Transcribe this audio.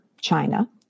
China